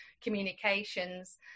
communications